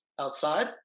outside